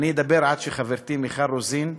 אני אדבר עד שחברתי מיכל רוזין תיכנס,